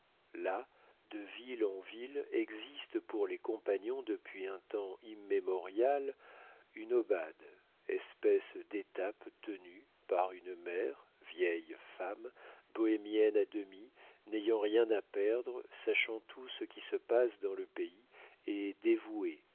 là de ville en ville existe pour les compagnons depuis un temps immémorial une obade espèce d'étape tenue par une mère vieille femme bohémienne à demi n'ayant rien à perdre sachant tout ce qui se passe dans le pays et dévouée